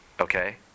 Okay